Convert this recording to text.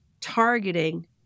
targeting